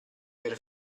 per